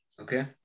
Okay